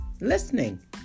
listening